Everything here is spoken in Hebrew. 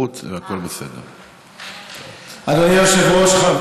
אדוני היושב-ראש,